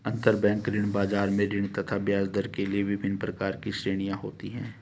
अंतरबैंक ऋण बाजार में ऋण तथा ब्याजदर के लिए विभिन्न प्रकार की श्रेणियां होती है